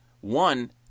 one